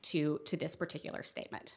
to to this particular statement